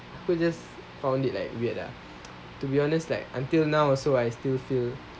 aku just found it like like weird lah to be honest like until now also I still feel